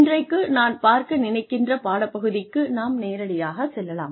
இன்றைக்கு நான் பார்க்க நினைக்கின்ற பாடப்பகுதிக்கு நாம் நேரடியாக செல்லலாம்